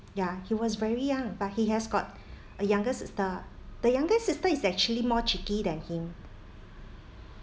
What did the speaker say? ya he was very young but he has got a younger sister the younger sister is actually more cheeky than him